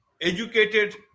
educated